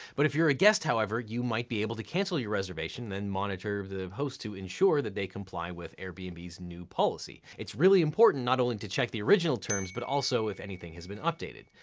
but if you're a guest, however, you might be able to cancel your reservation and monitor the host to ensure that they comply with airbnb's new policy. it's really important not only to check the original terms, but also if anything has been updated.